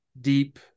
deep